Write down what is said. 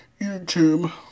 YouTube